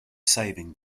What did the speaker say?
saving